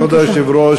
כבוד היושבת-ראש,